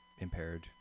impaired